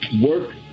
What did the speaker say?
work